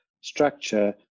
structure